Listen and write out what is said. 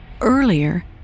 Earlier